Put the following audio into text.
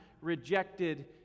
rejected